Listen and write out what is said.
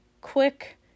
quick